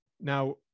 Now